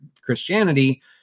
Christianity